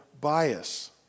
bias